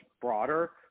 broader